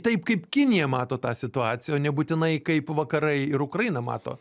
taip kaip kinija mato tą situaciją o nebūtinai kaip vakarai ir ukraina mato